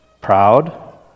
proud